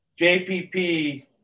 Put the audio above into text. JPP